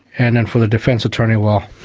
and and for the defence attorney, well,